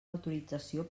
autorització